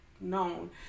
known